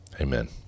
amen